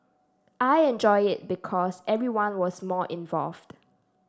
I enjoyed it because everyone was more involved